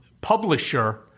publisher